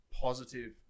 positive